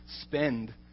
spend